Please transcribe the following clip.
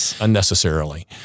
unnecessarily